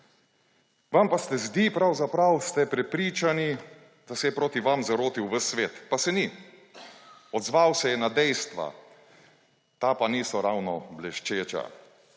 pravzaprav ste prepričani, da se je proti vam zarotil ves svet, pa se ni, odzval se je na dejstva, ta pa niso ravno bleščeča.